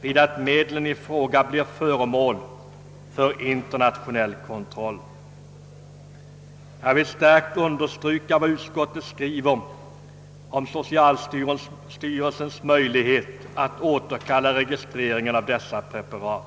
vid att medlen i fråga blir föremål för internationell kontroll. Jag vill starkt understryka vad utskottet skriver om socialstyrelsens möjlighet att återkalla registreringen av dessa preparat.